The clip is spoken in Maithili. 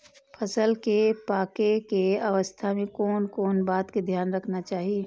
फसल के पाकैय के अवस्था में कोन कोन बात के ध्यान रखना चाही?